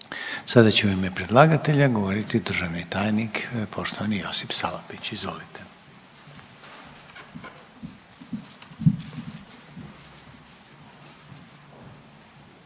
Sada će u ime predlagatelja govoriti državni tajnik, poštovani Josip Salapić, izvolite.